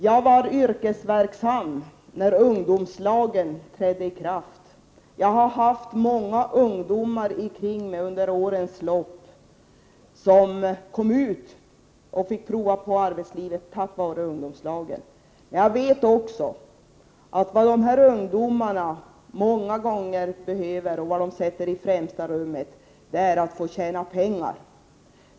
Jag var yrkesverksam när ungdomslagen trädde i kraft, och jag har haft omkring mig under årens lopp många ungdomar, som fick prova på arbetslivet tack vare ungdomslagen. Jag vet också att vad de här Prot. 1988/89:120 ungdomarna behöver och vad de många gånger sätter i främsta rummet är att 24 maj 1989 få tjäna pengar.